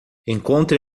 encontre